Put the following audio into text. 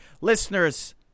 listeners